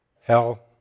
hell